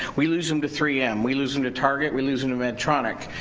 we lose them to three m. we lose them to target. we lose them to medtronic.